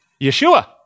Yeshua